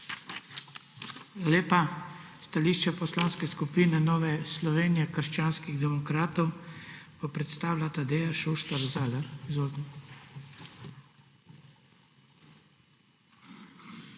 lepa. Stališče Poslanske skupine Nova Slovenija – krščanski demokrati bo predstavila Tadeja Šuštar Zalar.